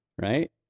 right